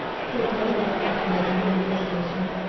proved no less fascinating than the way stations.